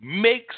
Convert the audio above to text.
makes